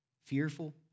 Fearful